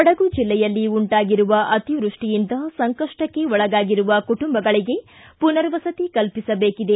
ಕೊಡಗು ಜಿಲ್ಲೆಯಲ್ಲಿ ಉಂಟಾಗಿರುವ ಅತಿವೃಷ್ಟಿಯಿಂದ ಸಂಕಷ್ಟಕ್ಕೆ ಒಳಗಾಗಿರುವ ಕುಟುಂಬಗಳಿಗೆ ಮನರ್ವಸತಿ ಕಲ್ಪಿಸಬೇಕಿದೆ